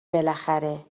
بالاخره